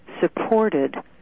supported